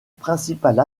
principale